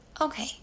Okay